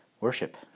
worship